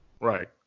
Right